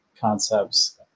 concepts